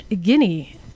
Guinea